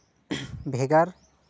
ᱵᱷᱮᱜᱟᱨ